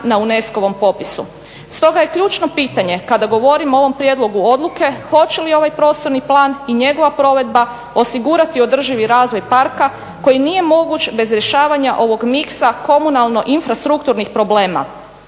na UNESCO-ovom popisu, stoga je ključno pitanje kada govorimo o ovom prijedlogu odluke hoće li ovaj prostorni plan i njegova provedba osigurati održivi razvoj parka koji nije moguć bez rješavanja ovog mixa komunalno infrastrukturnih problema,